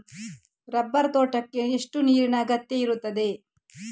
Rubber ತೋಟಕ್ಕೆ ಎಷ್ಟು ನೀರಿನ ಅಗತ್ಯ ಇರುತ್ತದೆ?